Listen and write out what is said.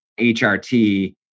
HRT